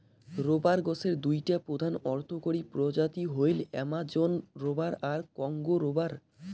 rubber গছের দুইটা প্রধান অর্থকরী প্রজাতি হইল অ্যামাজোন রবার আর কংগো রবার